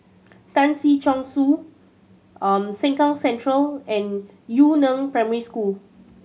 Tan Si Chong Su Sengkang Central and Yu Neng Primary School